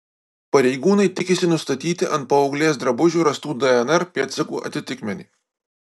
pareigūnai tikisi nustatyti ant paauglės drabužių rastų dnr pėdsakų atitikmenį